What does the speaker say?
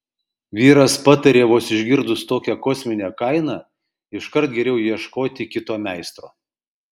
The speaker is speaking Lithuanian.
vyras patarė vos išgirdus tokią kosminę kainą iškart geriau ieškoti kito meistro